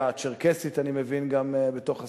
והצ'רקסית, אני מבין, גם בתוך הסיפור,